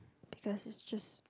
excess is just